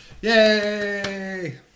Yay